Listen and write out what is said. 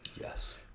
yes